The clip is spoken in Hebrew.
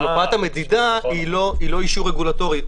מפת המדידה היא לא אישור רגולטורי.